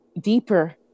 deeper